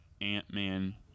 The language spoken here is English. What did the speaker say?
Ant-Man